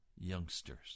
youngsters